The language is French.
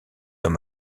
dans